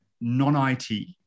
non-it